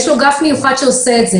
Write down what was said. יש אגף מיוחד שעושה את זה,